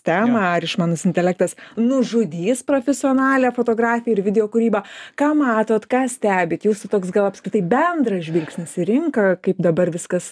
temą ar išmanus intelektas nužudys profesionalią fotografiją ir video kūrybą ką matot ką stebit jūsų toks gal apskritai bendras žvilgsnis į rinką kaip dabar viskas